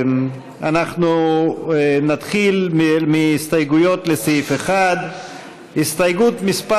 אנחנו נתחיל מהסתייגויות לסעיף 1. הסתייגות מס'